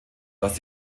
dass